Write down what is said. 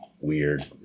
weird